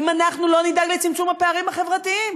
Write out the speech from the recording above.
אם אנחנו לא נדאג לצמצום הפערים החברתיים.